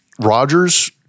Rodgers